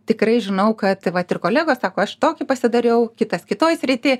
tikrai žinau kad vat ir kolegos sako aš tokį pasidariau kitas kitoj srityj